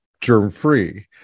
germ-free